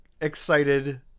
excited